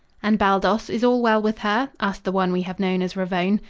and, baldos, is all well with her? asked the one we have known as ravone.